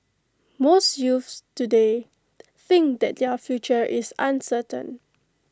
most youths today think that their future is uncertain